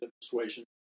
persuasion